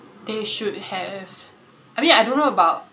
they should have I mean I don't know about